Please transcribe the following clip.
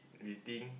greeting